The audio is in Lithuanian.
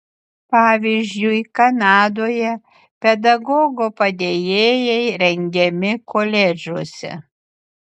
pavyzdžiui kanadoje pedagogo padėjėjai rengiami koledžuose